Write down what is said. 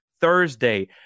thursday